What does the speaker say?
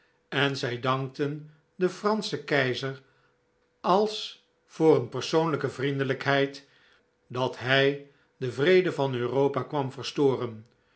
en zij dankten den franschen keizer als voor een persoonlijke vriendelijkheid dat hij den vrede van europa kwam verstoren